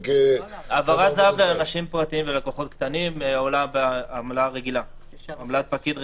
העברת זה"ב לאנשים פרטיים ולקוחות קטנים עולה עמלת פקיד רגילה.